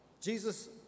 Jesus